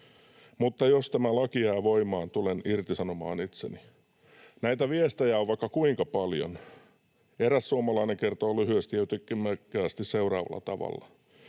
Mutta jos tämä laki jää voimaan, tulen irtisanomaan itseni.” Näitä viestejä on vaikka kuinka paljon. Eräs suomalainen kertoo lyhyesti ja ytimekkäästi seuraavalla tavalla: